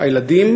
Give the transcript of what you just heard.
הילדים